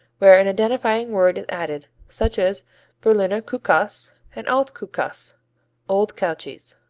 where an identifying word is added, such as berliner kuhkase and alt kuhkase old cow cheese.